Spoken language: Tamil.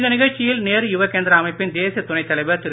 இந்த நிகழ்ச்சியில் நேரு யுவக்கேந்திரா அமைப்பின் தேசிய துணைத்தலைவர் திரு